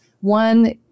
one